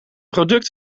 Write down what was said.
product